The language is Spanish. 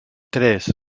tres